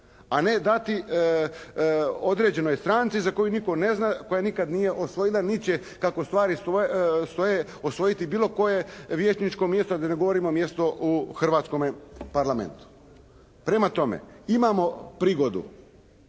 a ne dati određenoj stranci za koju nitko ne zna, koja nikada nije osvojila, niti će kako stvari stoje osvojiti bilo koje vijećničko mjesto da ne govorimo mjesto u hrvatskom Parlamentu. Prema tome imamo prigodu